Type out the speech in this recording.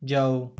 ਜਾਓ